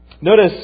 Notice